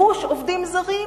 גירוש עובדים זרים,